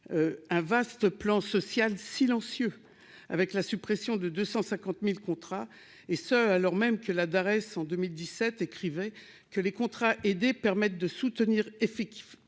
un vaste plan social silencieux avec la suppression de 250000 contrats et ce, alors même que l'adresse en 2017 écrivait que les contrats aidés permettent de soutenir effectif